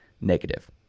negative